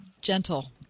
gentle